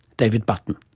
david button.